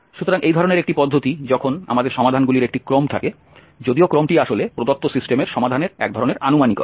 সুতরাং এই ধরনের একটি পদ্ধতি যখন আমাদের সমাধানগুলির একটি ক্রম থাকে যদিও ক্রমটি আসলে প্রদত্ত সিস্টেমের সমাধানের একধরণের আনুমানিকতা